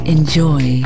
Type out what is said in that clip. Enjoy